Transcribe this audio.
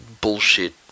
bullshit